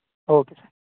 okay